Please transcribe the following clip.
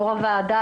יו"ר הוועדה,